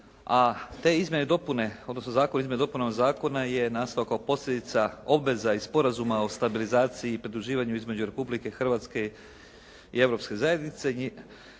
i vojne opreme, a taj zakon o izmjenama i dopunama zakona je nastao kao posljedica obveza i Sporazuma o stabilizaciji i pridruživanju između Republike Hrvatske i Europske zajednice.